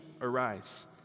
arise